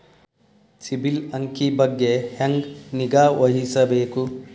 ಸಿಬಿಲ್ ಅಂಕಿ ಬಗ್ಗೆ ಹೆಂಗ್ ನಿಗಾವಹಿಸಬೇಕು?